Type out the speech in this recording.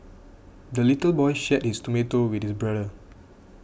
the little boy shared his tomato with his brother